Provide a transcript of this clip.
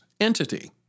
Entity